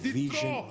vision